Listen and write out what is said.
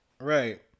Right